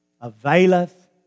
availeth